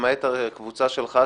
למעט הקבוצה שלך,